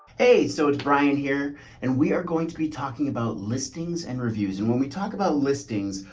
hey, so it's brian here and we are going to be talking about listings and reviews and when we talk about listings,